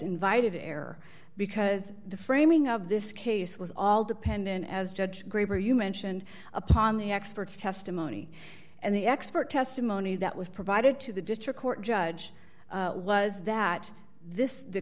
invited error because the framing of this case was all dependent as judge graber you mentioned upon the experts testimony and the expert testimony that was provided to the district court judge was that this the